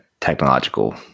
technological